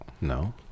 No